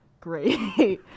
great